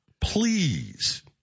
Please